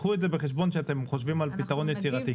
קחו את זה בחשבון כשאתם חושבים על פתרון יצירתי.